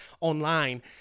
online